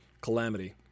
calamity